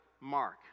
Mark